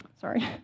sorry